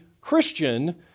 Christian